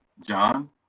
John